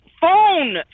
phone